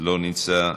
לא נמצא,